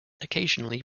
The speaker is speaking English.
occasionally